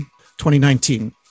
2019